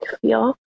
feel